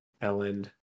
ellen